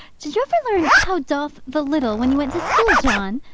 did you ever learn how doth the little when you went to school, john?